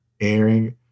airing